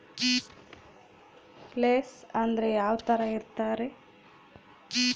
Place ಅಂದ್ರೆ ಯಾವ್ತರ ಇರ್ತಾರೆ?